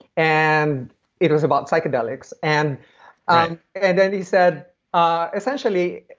and it was about psychedelics. and um and then he said ah essentially.